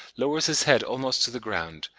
lowers his head almost to the ground,